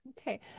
Okay